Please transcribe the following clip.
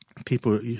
People